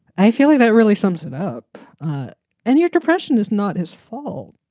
i feel like that really sums it up and your depression is not his fault.